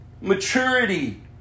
maturity